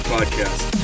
Podcast